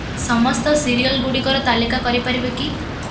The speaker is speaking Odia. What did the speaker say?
ସମସ୍ତ ସିରିଅଲ୍ ଗୁଡ଼ିକର ତାଲିକା କରିପାରିବେ କି